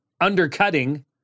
undercutting